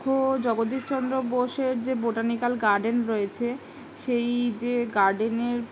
জগদীস চন্দ্র বোসের যে botanical garden রয়েছে সেই যে গার্ডেনের